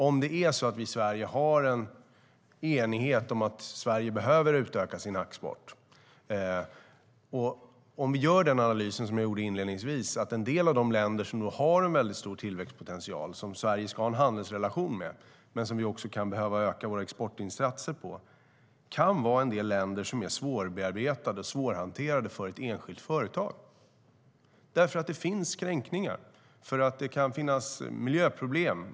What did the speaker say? Om vi i Sverige har en enighet om att Sverige behöver utöka sin export, och vi gör min inledningsvisa analys att en del av de länder som har en stor tillväxtpotential och som Sverige ska ha en handelsrelation med men som vi kan behöva öka våra exportinsatser för, kan en del av dessa länder vara svårbearbetade och svårhanterade för ett enskilt företag. Det kan ske kränkningar. Det kan finnas miljöproblem.